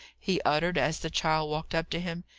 he uttered, as the child walked up to him.